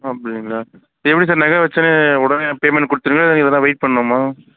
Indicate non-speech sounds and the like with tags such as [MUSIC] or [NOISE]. அப்படிங்ளா எப்படி சார் நகை வச்ச உடனே பேமெண்ட் கொடுத்துருவிங்களா இல்லை [UNINTELLIGIBLE] வெயிட் பண்ணனுமா